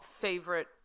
favorite